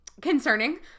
concerning